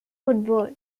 football